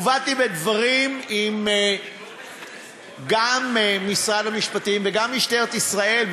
באתי בדברים גם עם משרד המשפטים וגם עם משטרת ישראל,